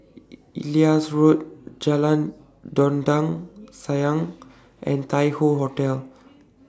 Ellis Road Jalan Dondang Sayang and Tai Hoe Hotel